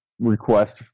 request